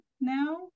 now